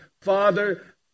Father